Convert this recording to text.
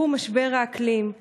והוא משבר האקלים,